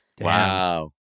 Wow